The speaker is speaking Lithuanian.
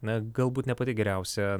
na galbūt ne pati geriausia